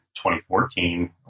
2014